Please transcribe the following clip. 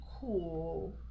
cool